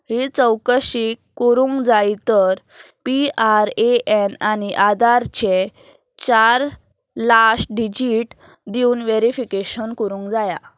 ही चवकशी करूंक जायी तर पी आर ए ऍन आनी आधारचे चार लाश्ट डिजिट दिवन व वॅरिफिकेशन करूंक जाया